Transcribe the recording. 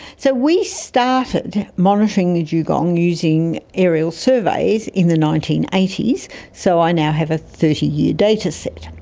so we started monitoring the dugong using aerial surveys in the nineteen eighty s so i now have a thirty year dataset.